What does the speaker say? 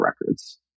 records